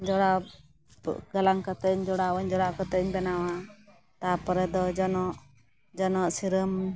ᱡᱚᱲᱟᱣ ᱜᱟᱞᱟᱝ ᱠᱟᱛᱮᱧ ᱡᱚᱲᱟᱣᱟᱹᱧ ᱡᱚᱲᱟᱣ ᱠᱟᱛᱮᱧ ᱵᱮᱱᱟᱣᱟ ᱛᱟᱯᱚᱨᱮᱫᱚ ᱡᱚᱱᱚᱜ ᱡᱚᱱᱚᱜ ᱥᱤᱨᱟᱹᱢ